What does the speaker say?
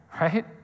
right